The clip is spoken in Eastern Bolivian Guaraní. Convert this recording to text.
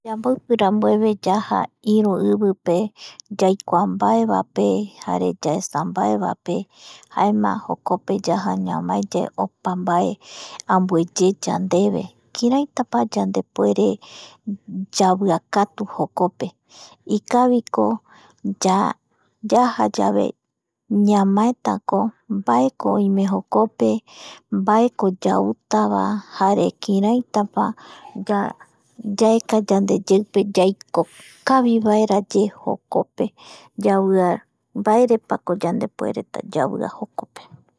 Yamboipirambueve yaja iru ivipe yaikua mbaevaepe jare yaesa mbaevape jaema jokope yaja ñavae yae opa mbae ambueye yandeve kiraitapa yandepuere yaviakatu jokope, ikaviko ya, yajayave ñamaetako mbaeko oime jokope mbaeko yautava jare kiraitapa yaeka yandeyeupe yaikokavivaeraye jokope yavia, mbaerepako yandepuereta yavia jokope